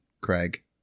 Craig